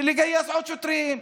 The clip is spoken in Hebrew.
ולגייס עוד שוטרים,